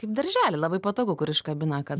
kaip daržely labai patogu kur iškabina kad